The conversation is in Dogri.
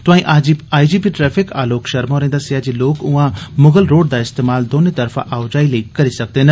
तोआईं आईजीपी ट्रैफिक आलोक षर्मा होरें दस्सेआ जे लोक उआं मुगल रोड दा इस्तेमाल दौनें तरफा आओजाई लेई करी सकदे न